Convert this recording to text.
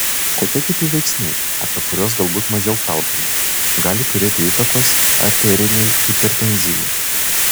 kokie kiti veiksniai apie kurios galbūt mažiau kalbama gali turėti įtakos arterinei hipertenzijai